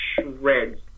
shreds